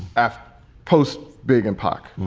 ah post big and poch,